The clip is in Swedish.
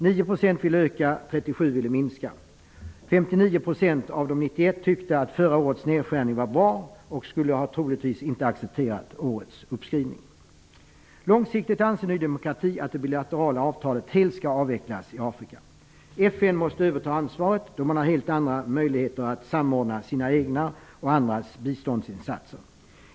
9 % ville öka biståndet, 37 % ville minska det. 59 % av de 91 % tyckte att förra årets nedskärning var bra och skulle troligtvis inte ha accepterat årets uppskrivning. Långsiktigt anser Ny demokrati att det bilaterala avtalet helt skall avvecklas i Afrika. FN måste överta ansvaret, eftersom man har helt andra möjligheter att samordna sina egna och andras biståndsinsatser.